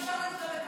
המון כבוד.